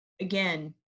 again